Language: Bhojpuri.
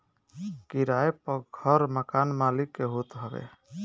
किराए पअ घर मकान मलिक के होत हवे